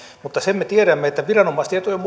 mutta sen me tiedämme että viranomaistietojen